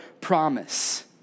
promise